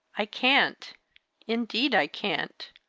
i can't indeed, i can't!